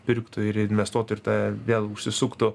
pirktų ir investuotų ir ta vėl užsisuktų